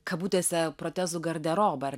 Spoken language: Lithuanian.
kabutėse protezų garderobą ar